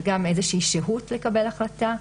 וגם איזושהי שהות לקבל החלטה.